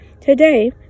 Today